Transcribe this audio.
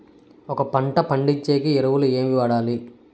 ఒక పంట పండించేకి ఎరువులు ఏవి వాడాలి?